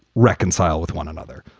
reconcile with one another